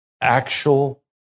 actual